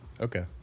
Okay